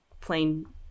plain